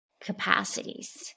capacities